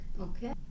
okay